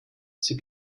sie